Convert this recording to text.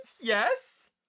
yes